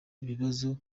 ibibazo